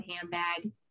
handbag